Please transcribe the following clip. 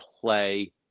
play